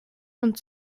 und